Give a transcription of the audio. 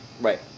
Right